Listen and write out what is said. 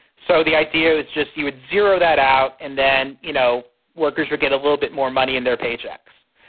so the idea is just you would zero that out and then, you know, workers would get a little bit more money in their paychecks.